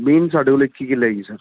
ਜ਼ਮੀਨ ਸਾਡੇ ਕੋਲ ਇੱਕੀ ਕਿੱਲੇ ਹੈਗੀ ਸਰ